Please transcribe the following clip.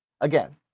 again